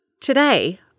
today